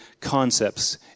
concepts